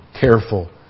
careful